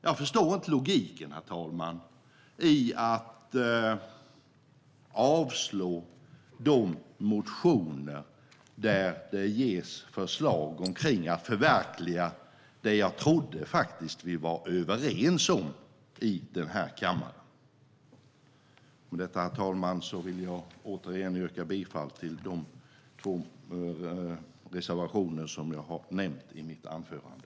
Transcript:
Jag förstår inte logiken, herr talman, i att avslå de motioner där det ges förslag om att förverkliga det som jag faktiskt trodde att vi var överens om i kammaren. Med detta, herr talman, vill jag återigen yrka bifall till de två reservationer som jag har nämnt i mitt anförande.